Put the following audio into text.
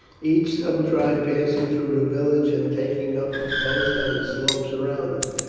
each subtribe passing through the village and taking up its post on the slopes around it,